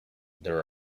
there